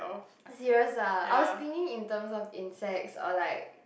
serious ah I was bitten in term of insects or like